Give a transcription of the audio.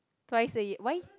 twice a year why